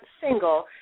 single